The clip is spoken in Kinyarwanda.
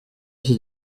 iki